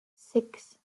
six